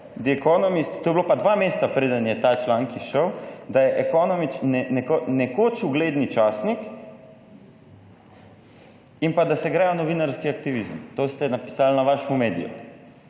to je bilo pa dva meseca preden je ta članek izšel, da je Economist, nekoč ugledni časnik in pa da se grejo novinarski aktivizem. To ste napisali na vašem mediju.